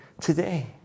today